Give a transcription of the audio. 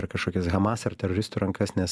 per kažkokias hamas ar teroristų rankas nes